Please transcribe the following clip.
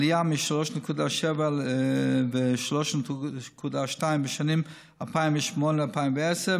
עלייה מ-3.7 ו-3.2 בשנים 2008 2010,